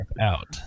out